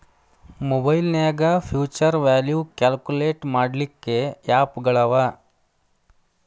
ಮಒಬೈಲ್ನ್ಯಾಗ್ future value calculate ಮಾಡ್ಲಿಕ್ಕೆ app ಗಳವ